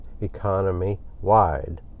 economy-wide